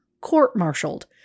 court-martialed